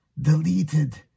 deleted